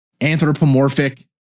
anthropomorphic